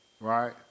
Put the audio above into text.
Right